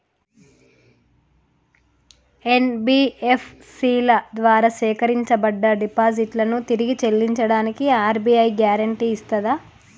NBFC ల ద్వారా సేకరించబడ్డ డిపాజిట్లను తిరిగి చెల్లించడానికి ఆర్.బి.ఐ గ్యారెంటీ ఇస్తదా?